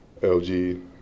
LG